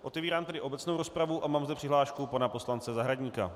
Otevírám tedy obecnou rozpravu a mám zde přihlášku pana poslance Zahradníka.